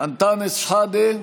אנטאנס שחאדה,